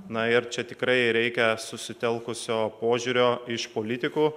na ir čia tikrai reikia susitelkusio požiūrio iš politikų